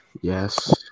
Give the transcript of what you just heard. Yes